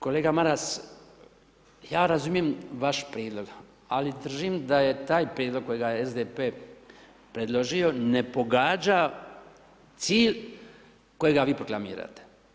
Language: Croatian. Kolega Maras, ja razumijem vaš prijedlog ali držim da je taj prijedlog kojega je SDP predložio, ne pogađa cilj kojega vi proklamirate.